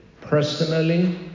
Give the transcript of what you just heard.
personally